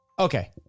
Okay